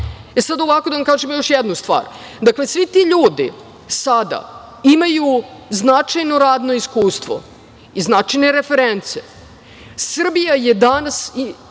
radne snage. Da vam kažem još jednu stvar. Dakle, svi ti ljudi sada imaju značajno radno iskustvo i značajne reference. Srbija je danas